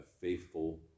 faithful